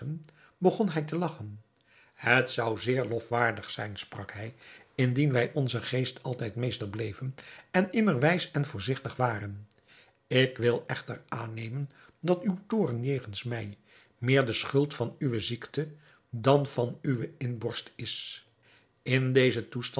begon hij te lagchen het zou zeer lofwaardig zijn sprak hij indien wij onzen geest altijd meester bleven en immer wijs en voorzigtig waren ik wil echter aannemen dat uw toorn jegens mij meer de schuld van uwe ziekte dan van uwe inborst is in dezen toestand